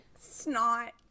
Snot